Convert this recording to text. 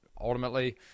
ultimately